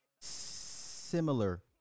similar